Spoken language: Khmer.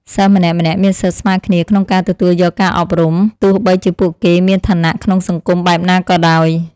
សិស្សម្នាក់ៗមានសិទ្ធិស្មើគ្នាក្នុងការទទួលយកការអប់រំទោះបីជាពួកគេមានឋានៈក្នុងសង្គមបែបណាក៏ដោយ។